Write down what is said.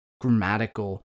grammatical